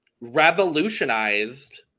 revolutionized